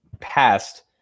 past